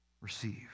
Receive